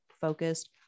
focused